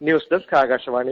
news desk Akashvani